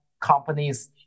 companies